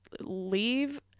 leave